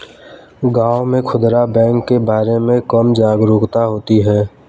गांव में खूदरा बैंक के बारे में कम जागरूकता होती है